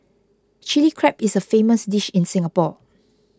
Chilli Crab is a famous dish in Singapore